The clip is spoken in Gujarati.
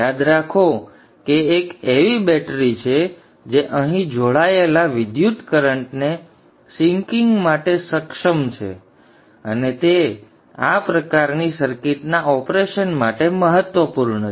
યાદ રાખો કે એક એવી બેટરી છે જે અહીં જોડાયેલા વિદ્યુતકરન્ટને સિંકિંગ માટે સક્ષમ છે અને તે આ પ્રકારની સર્કિટના ઑપરેશન માટે મહત્ત્વપૂર્ણ છે